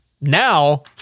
now